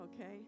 okay